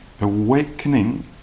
awakening